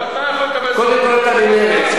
אפילו אתה יכול לקבל אזרחות.